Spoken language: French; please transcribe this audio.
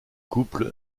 couple